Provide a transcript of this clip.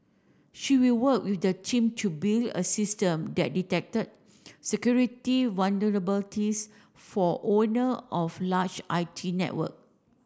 she will work with the team to build a system that detected security vulnerabilities for owner of large I T network